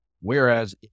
Whereas